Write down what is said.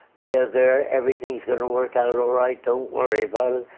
there, there, everything's going to work out alright. don't worry about it.